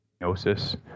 diagnosis